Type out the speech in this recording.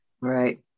Right